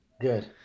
good